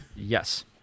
Yes